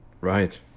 Right